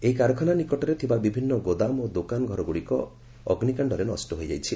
ଏହି କାରଖାନା ନିକଟରେ ଥିବା ବିଭିନ୍ନ ଗୋଦାମ ଓ ଦୋକାନ ଘରଗୁଡ଼ିକ ଅଗ୍ନିକାଣ୍ଡରେ ନଷ୍ଟ ହୋଇଯାଇଛି